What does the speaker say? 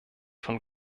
von